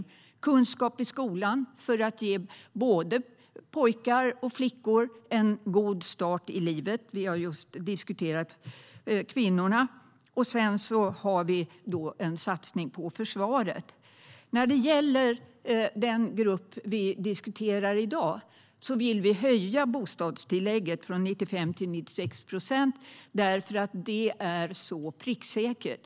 Vi satsar på kunskap i skolan för att ge både pojkar och flickor en god start i livet - vi har just diskuterat kvinnorna. Vi har också en satsning på försvaret. När det gäller den grupp som vi diskuterar i dag vill vi höja bostadstillägget från 95 till 96 procent, därför att det är pricksäkert.